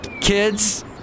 Kids